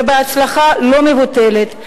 ובהצלחה לא מבוטלת,